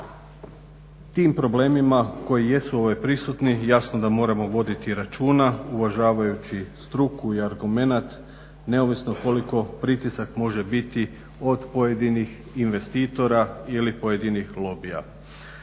tim problemima koji jesu prisutni jasno da moramo voditi računa uvažavajući struku i argumenat neovisno koliko pritisak može biti od pojedinih investitora ili pojedinih lobija.